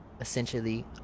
essentially